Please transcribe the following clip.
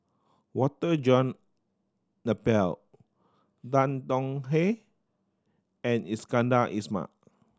Walter John Napier Tan Tong Hye and Iskandar Ismail